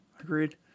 agreed